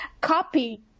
copy